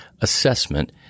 assessment